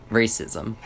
racism